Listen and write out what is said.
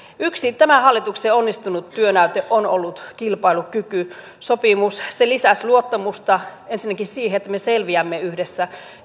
yksi tämän hallituksen onnistunut työnäyte on ollut kilpailukykysopimus se lisäsi luottamusta ensinnäkin siihen että me selviämme yhdessä